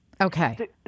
Okay